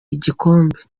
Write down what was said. igikombe